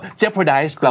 jeopardize